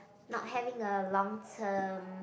not having a long term